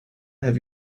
have